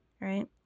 right